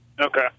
Okay